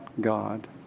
God